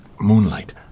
moonlight